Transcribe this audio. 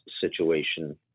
situation